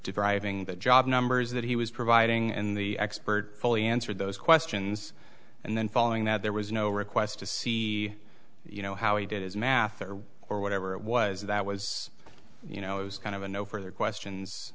depriving the job numbers that he was providing and the expert fully answered those questions and then following that there was no request to see you know how he did his math or or whatever it was that was you know it was kind of an over there questions